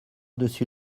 dessus